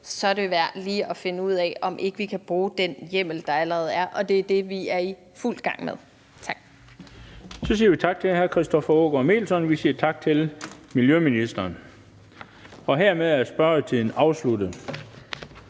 er det værd lige at finde ud af, om ikke vi kan bruge den hjemmel, der allerede er. Og det er det, vi er i fuld gang med. Tak. Kl. 17:43 Den fg. formand (Bent Bøgsted): Så siger vi tak til hr. Christoffer Aagaard Melson. Og vi siger tak til miljøministeren. Hermed er spørgetiden afsluttet.